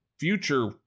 future